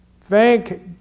Thank